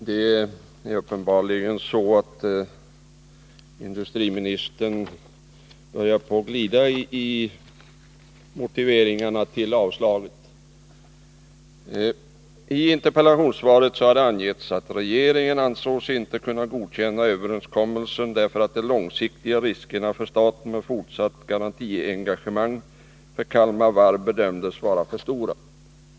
Herr talman! Industriministern börjar uppenbarligen glida i motiveringarna till regeringens avslag. I interpellationssvaret har det angetts att regeringen ”ansåg sig inte kunna godkänna överenskommelsen därför att de långsiktiga riskerna för staten med fortsatt garantiengagemang för Kalmar Varv bedömdes vara för stora”.